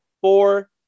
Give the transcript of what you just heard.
Four